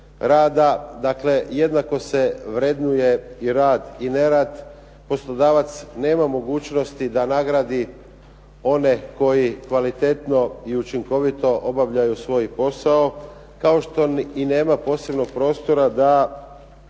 Dakle jednako se vrednuje i rad i nerad. Poslodavac nema mogućnosti da nagradi one koji kvalitetno i učinkovito obavljaju svoj posao, kao što i nema posebnog prostora da